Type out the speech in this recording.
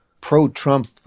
pro-Trump